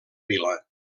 vila